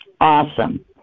Awesome